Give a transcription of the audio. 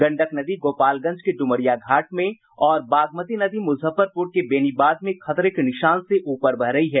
गंडक नदी गोपालगंज के ड्मरिया घाट में और बागमती नदी मुजफ्फरपुर के बेनीबाद में खतरे के निशान से ऊपर बह रही हैं